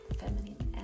feminine